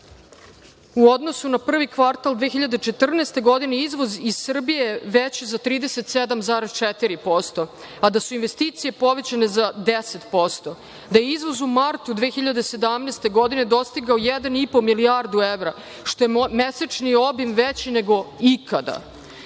u odnosu na prvi kvartal 2014. godine izvoz iz Srbije veći za 37,4%, a da su investicije povećane za 10%, da je izvoz u martu 2017. godine dostigao 1,5 milijardi evra, što je mesečni obim veći nego ikada,